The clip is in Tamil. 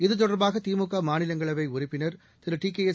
இத்தொடர்பாக திமுக மாநிலங்களவை உறுப்பினர் திருடிகேஎஸ்